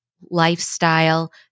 lifestyle